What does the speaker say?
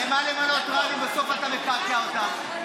למה למנות רב אם בסוף אתה מקעקע אותם?